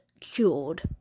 cured